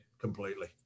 completely